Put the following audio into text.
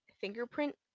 fingerprint